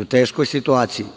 u teškoj situaciji.